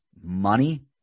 money